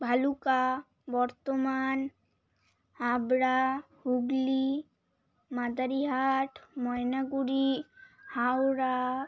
Bhaluka Bardhaman Habra Hooghly Madarihat Moynaguri Howrah